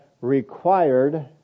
required